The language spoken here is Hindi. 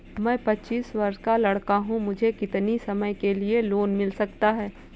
मैं पच्चीस वर्ष का लड़का हूँ मुझे कितनी समय के लिए लोन मिल सकता है?